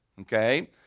okay